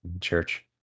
church